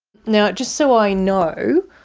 now just so i know,